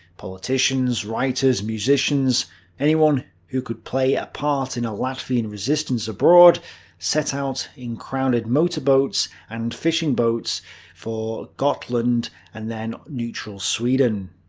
politicians, writers, musicians anyone who could play a part in a latvian resistance abroad set out in crowded motorboats and fishing boats for gotland and then neutral sweden.